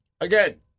again